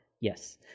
yes